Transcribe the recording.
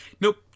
nope